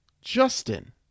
Justin